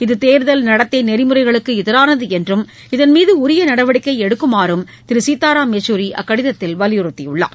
இது தேர்தல் நடத்தை நெறிமுறைகளுக்கு எதிரானது என்றும் இதன்மீது உரிய நடவடிக்கை எடுக்குமாறும் திரு சீத்தாராம் பெச்சூரி அக்கடிதத்தில் வலியுறுத்தியுள்ளார்